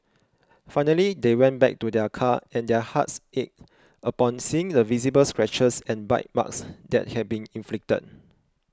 finally they went back to their car and their hearts ached upon seeing the visible scratches and bite marks that had been inflicted